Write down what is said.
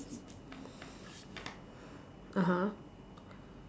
(uh huh)